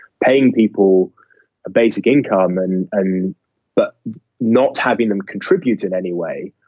paying people a basic income, and and but not having them contribute in any way,